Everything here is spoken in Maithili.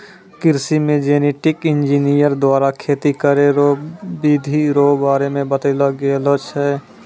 कृषि मे जेनेटिक इंजीनियर द्वारा खेती करै रो बिधि रो बारे मे बतैलो गेलो छै